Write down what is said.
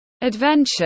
adventure